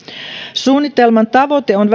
suunnitelman tavoite on